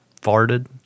farted